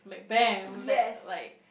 like bam like like